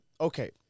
Okay